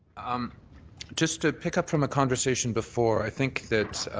um just to pick up from a conversation before, i think that